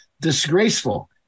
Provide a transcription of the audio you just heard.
disgraceful